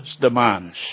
demands